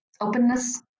openness